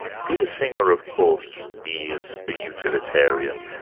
peter singer, of course, is a utilitarian.